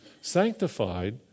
sanctified